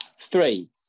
Three